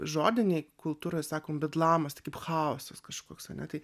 žodinėje kultūroje sakome bedlamas chaosas kažkoks ane tai